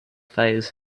fires